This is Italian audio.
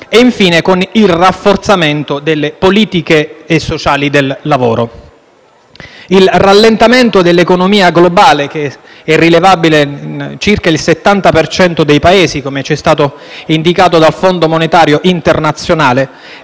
e, infine, il rafforzamento delle politiche sociali e del lavoro. Il rallentamento dell'economia globale, rilevabile in circa il 70 per cento dei Paesi, come indicato dal Fondo monetario internazionale,